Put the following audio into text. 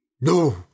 No